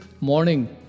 morning